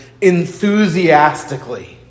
Enthusiastically